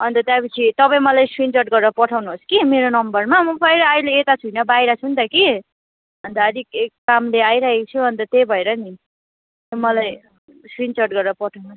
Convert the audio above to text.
अन्त त्यहाँपछि तपाईँ मलाई स्क्रिनसट गरेर पठाउनुहोस् कि मेरो नम्बरमा म पहिला अहिले यता छुइनँ बाहिर छु नि त कि अन्त अलिक एक कामले आइरहेको छु अन्त त्यही भएर नि मलाई स्क्रिनसट गरेर पठाउनुहोस्